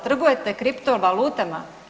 Trgujete kripto valutama?